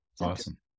Awesome